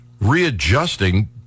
readjusting